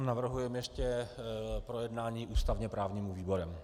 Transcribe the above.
Navrhujeme ještě projednání ústavněprávním výborem.